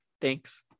Thanks